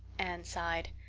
anne sighed.